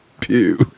Pew